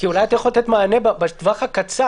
כי אולי אתה יכול לתת מענה בטווח הקצר,